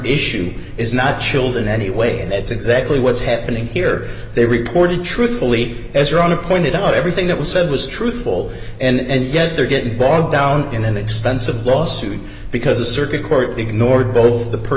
issue is not children anyway and that's exactly what's happening here they reported truthfully as ron of pointed out everything that was said was truthful and yet they're getting bogged down in an expensive lawsuit because a circuit court ignored both the per